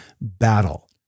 battle